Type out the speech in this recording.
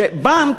שבנק,